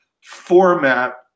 format